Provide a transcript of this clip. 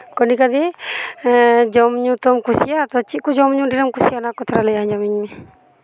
ᱠᱚᱱᱤᱠᱟ ᱫᱤ ᱡᱚᱢᱧᱩᱛᱚᱢ ᱠᱩᱥᱤᱭᱟᱜᱼᱟ ᱛᱚ ᱪᱮᱫᱠᱚ ᱡᱚᱢᱧᱩ ᱫᱷᱮᱨᱮᱢ ᱠᱩᱥᱤᱭᱟᱜᱼᱟ ᱚᱱᱟᱠᱚ ᱛᱷᱚᱲᱟ ᱞᱟᱹᱭ ᱟᱸᱡᱚᱢᱟᱹᱧ ᱢᱮ